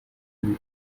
les